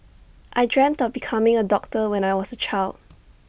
I dreamt of becoming A doctor when I was A child